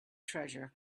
treasure